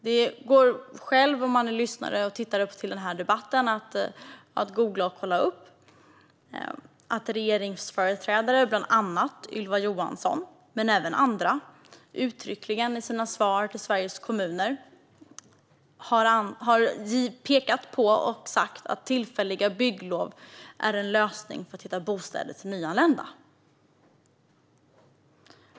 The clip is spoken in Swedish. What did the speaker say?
Den som lyssnar eller tittar på denna debatt kan själv googla och kolla upp att regeringsföreträdare, såväl Ylva Johansson som andra, i sina svar till Sveriges kommuner uttryckligen har sagt att tillfälliga bygglov är en lösning för att hitta bostäder till nyanlända.